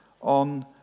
on